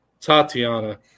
Tatiana